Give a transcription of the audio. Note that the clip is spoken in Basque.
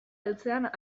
heltzean